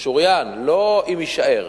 לא אם יישאר.